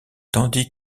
tandis